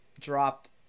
dropped